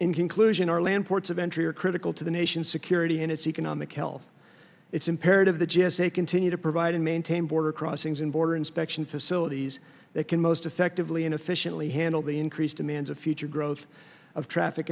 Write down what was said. conclusion our land ports of entry are critical to the nation's security and its economic health it's imperative the g s a continue to provide and maintain border crossings in border inspection facilities that can most effectively and efficiently handle the increased demands of future growth of traffic